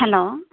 hello